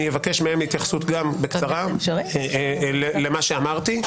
אני אבקש מהם התייחסות בקצרה למה שאמרתי.